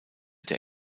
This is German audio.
der